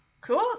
cool